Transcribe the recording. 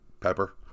pepper